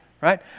right